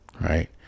Right